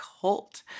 cult